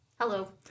Hello